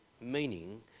meaning